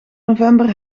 november